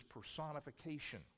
personification